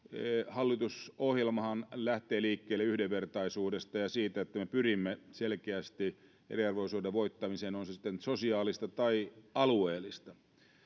hallitusohjelmahan lähtee liikkeelle yhdenvertaisuudesta ja siitä että me pyrimme selkeästi eriarvoisuuden voittamiseen on se sitten sosiaalista tai alueellista